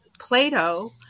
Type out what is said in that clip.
Plato